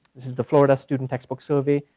this is the florida student text book survey.